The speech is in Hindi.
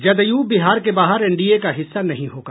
जदयू बिहार के बाहर एनडीए का हिस्सा नहीं होगा